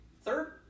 Third